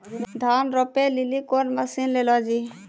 धान रोपे लिली कौन मसीन ले लो जी?